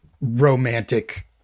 romantic